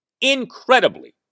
incredibly